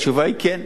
התשובה היא כן,